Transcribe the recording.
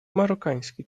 marokański